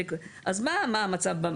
אז מה המצב?